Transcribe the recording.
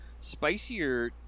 spicier